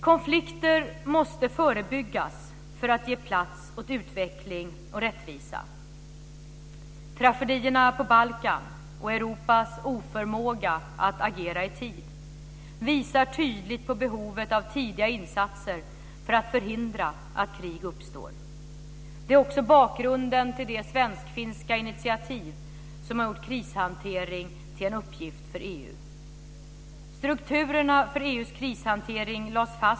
Konflikter måste förebyggas för att ge plats åt utveckling och rättvisa. Tragedierna på Balkan och Europas oförmåga att agera i tid visar tydligt på behovet av tidiga insatser för att förhindra att krig uppstår. Detta är också bakgrunden till det svensk-finska initiativ som har gjort krishantering till en uppgift för EU.